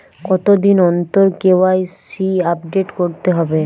কতদিন অন্তর KYC update করতে হবে?